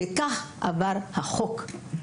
וכך עבר החוק.